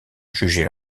jugeait